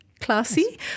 classy